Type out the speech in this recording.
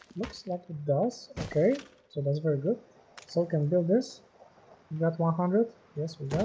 looks like it does okay so that's very good so can do this got one hundred yes we